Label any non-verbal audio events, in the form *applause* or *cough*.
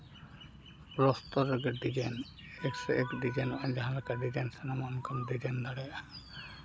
plaster ᱨᱮᱜᱮ design *unintelligible* ᱡᱟᱦᱟᱸ ᱞᱮᱠᱟ ᱰᱤᱡᱟᱭᱤᱱ ᱥᱟᱱᱟᱢᱟ ᱰᱤᱡᱟᱭᱤᱱ ᱫᱟᱲᱮᱭᱟᱜᱼᱟ